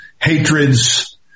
hatreds